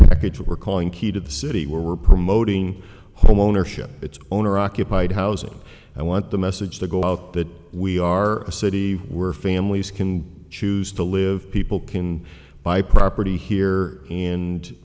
package we're calling key to the city we're promoting home ownership it's owner occupied housing i want the message to go out that we are a city where families can choose to live people can buy property here